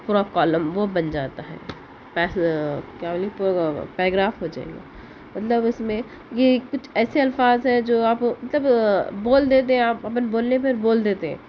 پورا کالم وہ بن جاتا ہے کیا بولے پیراگراف ہوجاتا ہے مطلب اس میں یہ کچھ ایسے الفاظ ہے جو آپ مطلب بول دیتے ہیں اپنے بولنے پہ بول دیتے ہیں